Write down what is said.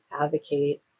advocate